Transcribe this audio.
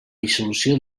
dissolució